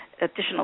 additional